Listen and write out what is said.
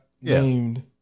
named